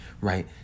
right